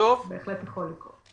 זה בהחלט יכול לקרות.